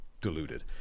deluded